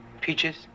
peaches